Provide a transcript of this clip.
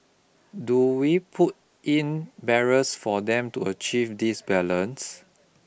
do we put in barriers for them to achieve this balance